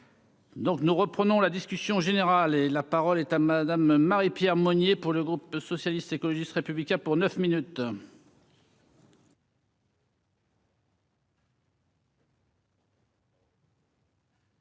nous reprenons la discussion générale et la parole est à Madame Marie-Pierre Monier pour le groupe socialiste, écologiste républicains pour 9 minutes.